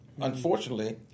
unfortunately